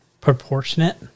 proportionate